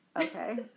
okay